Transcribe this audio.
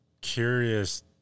curious